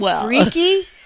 freaky